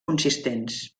consistents